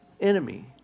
enemy